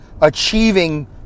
achieving